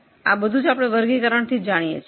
આ બધું ફંકશનલ વર્ગીકરણથી જાણી શકાય છે